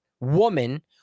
woman